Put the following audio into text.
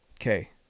Okay